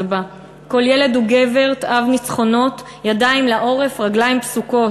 בא // כל ילד הוא גבר / תאב ניצחונות / ידיים לעורף / רגליים פסוקות